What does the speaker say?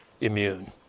immune